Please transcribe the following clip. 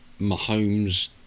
Mahomes